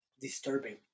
disturbing